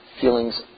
feelings